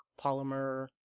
polymer